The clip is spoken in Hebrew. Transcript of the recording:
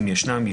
אם ישנם,